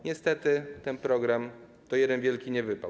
Niestety ten program to jeden wielki niewypał.